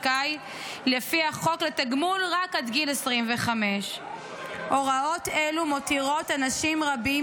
זכאי לפי החוק לתגמול רק עד גיל 25. הוראות אלו מותירות אנשים רבים